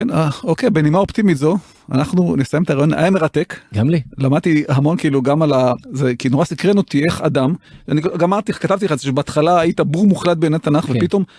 אוקיי, בנימה אופטימית זו, אנחנו נסיים את הראיון, היה מרתק. גם לי. למדתי המון כאילו גם על ה... כי נורא סקרן אותי איך אדם, ואני גם כתבתי לך, שבהתחלה היית בור מוחלט בענייני תנ״ך, ופתאום...